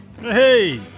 Hey